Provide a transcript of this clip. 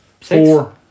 four